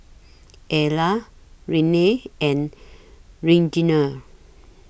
Ella Renae and Reginald